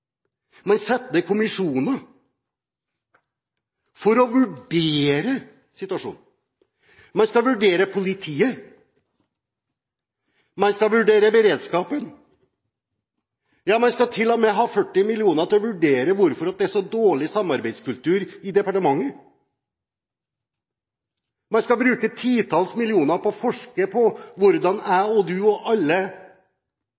man setter ned kommisjoner for å vurdere situasjonen. Man skal vurdere politiet, man skal vurdere beredskapen, ja, man skal til og med ha 40 mill. kr til å vurdere hvorfor det er så dårlig samarbeidskultur i departementet. Man skal bruke titalls millioner på å forske på hvordan jeg